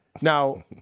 Now